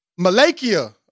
Malakia